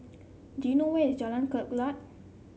do you know where is Jalan Kelulut